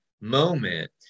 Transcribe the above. moment